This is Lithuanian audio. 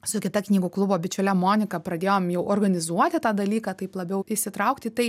su kita knygų klubo bičiulė monika pradėjom jau organizuoti tą dalyką taip labiau įsitraukti į tai